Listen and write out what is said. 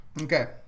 Okay